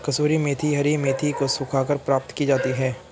कसूरी मेथी हरी मेथी को सुखाकर प्राप्त की जाती है